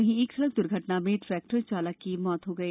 वहीं एक सड़क दुर्घटना में ट्रेक्टर चालक की मौत हो गई